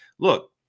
Look